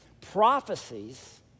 prophecies